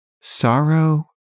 sorrow